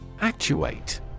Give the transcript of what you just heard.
Actuate